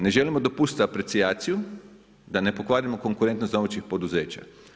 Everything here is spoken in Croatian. Ne želimo dopustiti aprecijaciju, da ne pokvarimo konkurentnost domaćih poduzeća.